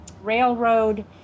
railroad